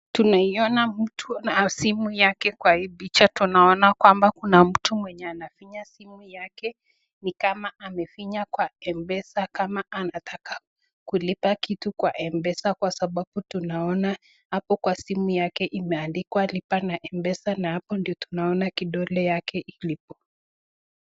Tunamwona mtu na simu yake, kwa hii picha tunaona kwamba kuna mtu mwenye anafinya simu yake ni kama amefinya kwa M-PESA kama anataka kulipa kitu kwa M-PESA kwa sababu tunaona hapo kwa simu yake imeandikwa lipa na M-PESA na hapo ndo tunaona kidole yake ilipo.